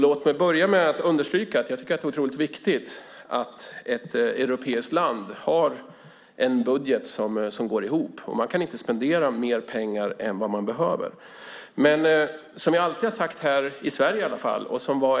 Låt mig börja med att understryka att jag tycker att det är viktigt att ett europeiskt land har en budget som går ihop. Man kan inte spendera mer pengar än vad man har.